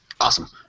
awesome